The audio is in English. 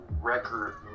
record